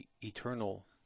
eternal